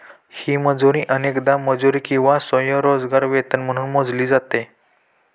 ही मजुरी अनेकदा मजुरी किंवा स्वयंरोजगार वेतन म्हणून मोजली जाते